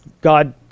God